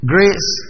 Grace